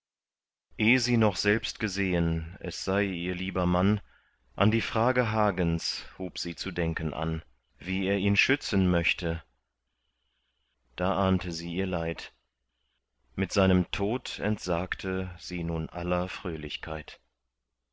eh sie noch selbst gesehen es sei ihr lieber mann an die frage hagens hub sie zu denken an wie er ihn schützen möchte da ahnte sie ihr leid mit seinem tod entsagte sie nun aller fröhlichkeit